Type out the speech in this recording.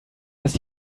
dass